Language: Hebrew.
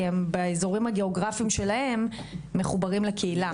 כי באזורים הגאוגרפים שלהם הם מחוברים לקהילה.